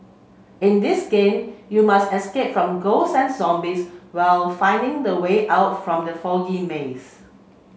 in this game you must escape from ghosts and zombies while finding the way out from the foggy maze